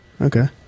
Okay